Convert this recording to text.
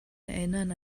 erinnern